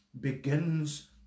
begins